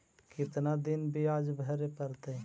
कितना दिन बियाज भरे परतैय?